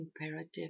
imperative